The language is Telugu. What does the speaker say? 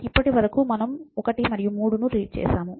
ఇప్పటివరకు మనము 1 మరియు 3 ను రీడ్ చేసాము